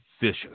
vicious